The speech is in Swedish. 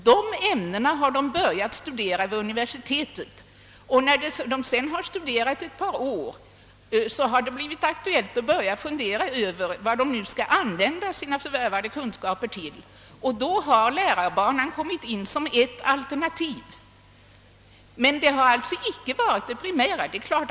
De ämnena har de börjat studera närmare vid universitetet, och när det efter ett par år blivit aktuellt att fundera över vad de skulle använda sina förvärvade kunskaper till har lärarbanan kommit in i bilden som ett alternativ, men den har alltså inte varit det primära skälet till studierna.